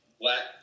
black